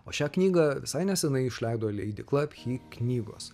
o šią knygą visai nesenai išleido leidykla pchy knygos